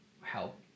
help